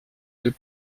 deux